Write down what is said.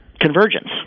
convergence